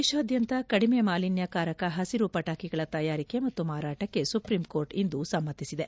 ದೇಶಾದ್ಯಂತ ಕಡಿಮೆ ಮಾಲಿನ್ಯಕಾರಕ ಹಸಿರು ಪಟಾಕಿಗಳ ತಯಾರಿಕೆ ಮತ್ತು ಮಾರಾಟಕ್ಕೆ ಸುಪ್ರೀಂಕೋರ್ಟ್ ಇಂದು ಸಮ್ಮತಿಸಿದೆ